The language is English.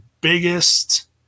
biggest